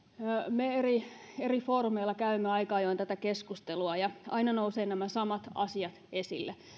me eri eri foorumeilla käymme aika ajoin tätä keskustelua ja aina nousevat nämä samat asiat esille